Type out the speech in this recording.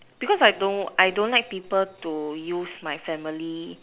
because I don't I don't like people to use my family